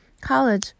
college